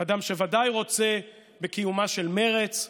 אדם שוודאי רוצה בקיומה של מרצ.